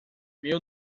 meu